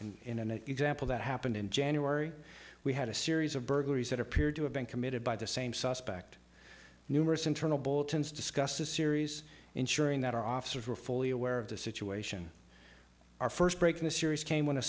d in an example that happened in january we had a series of burglaries that appeared to have been committed by the same suspect numerous internal bulletins discussed a series ensuring that our officers were fully aware of the situation our first break in a series came